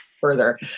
further